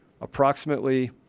approximately